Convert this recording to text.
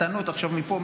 מתנות מפה,